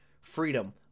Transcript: Freedom